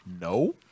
no